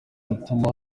gutuma